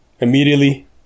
immediately